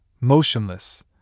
motionless